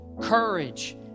courage